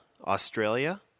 Australia